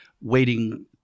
waiting